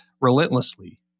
relentlessly